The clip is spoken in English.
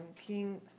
King